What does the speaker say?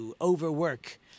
overwork